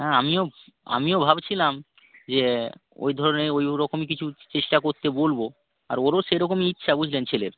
হ্যাঁ আমিও আমিও ভাবছিলাম যে ওই ধরুন এই ওই রকমই কিছু চেষ্টা করতে বলব আর ওরও সেরকমই ইচ্ছা বুঝলেন ছেলের